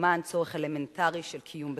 למען צורך אלמנטרי של קיום בכבוד.